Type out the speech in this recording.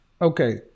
Okay